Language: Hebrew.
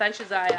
מתי שזה היה.